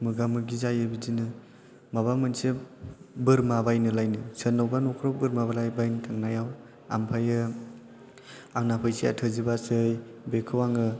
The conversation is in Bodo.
मोगा मोगि जायो बिदिनो माबा मोनसे बोरमा बायनो लायनो सोरनावबा न'खराव बोरमा बायनो थांनायाव ओमफ्राय आंना फैसाया थोजोबासै बेखौ आङो